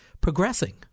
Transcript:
progressing